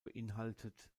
beinhaltet